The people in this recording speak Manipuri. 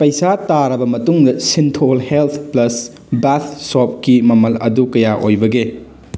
ꯄꯩꯁꯥ ꯇꯥꯔꯕ ꯃꯇꯨꯡꯗ ꯁꯤꯟꯊꯣꯜ ꯍꯦꯜꯊ ꯄ꯭ꯂꯁ ꯕꯥꯠ ꯁꯣꯞꯀꯤ ꯃꯃꯜ ꯑꯗꯨ ꯀꯌꯥ ꯑꯣꯏꯕꯒꯦ